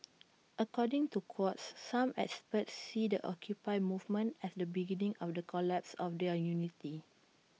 according to Quartz some experts see the occupy movement as the beginning of the collapse of their unity